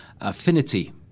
affinity